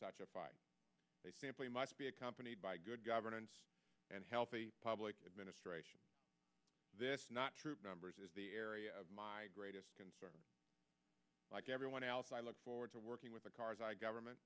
such a fight they simply must be accompanied by good governance and healthy public administration this not troop numbers is the area of my greatest concern like everyone else i look forward to working with the karzai government